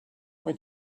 when